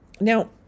Now